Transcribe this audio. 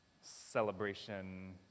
celebration